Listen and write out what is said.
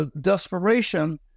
desperation